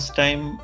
time